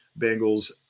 Bengals